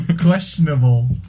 Questionable